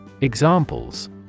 Examples